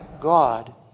God